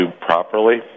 properly